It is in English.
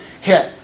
hit